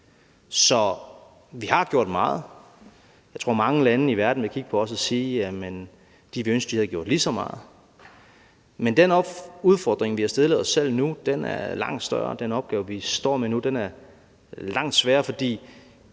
Så vi har gjort meget. Jeg tror, mange lande i verden vil kigge på os og sige, at de ville ønske, de havde gjort lige så meget. Men den udfordring, vi har stillet os selv nu, er langt større. Den opgave, vi står med nu, er langt sværere. For